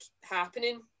happening